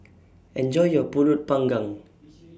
Enjoy your Pulut Panggang